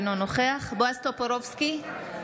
אינה נוכחת בועז טופורובסקי,